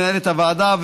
מנהלת הוועדה,